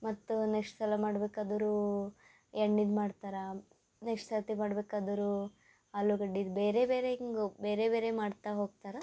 ಮತ್ತು ನೆಕ್ಸ್ಟ್ ಸಲ ಮಾಡಬೇಕಾದ್ರೂ ಎಣ್ಣಿದು ಮಾಡ್ತಾರೆ ನೆಕ್ಸ್ಟ್ ಸರ್ತಿ ಮಾಡಬೇಕಾದ್ರೂ ಆಲೂಗಡ್ಡಿದು ಬೇರೆ ಬೇರೆ ಹಿಂಗ್ ಬೇರೆ ಬೇರೆ ಮಾಡ್ತಾ ಹೋಗ್ತಾರೆ